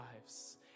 lives